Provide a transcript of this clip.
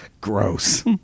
Gross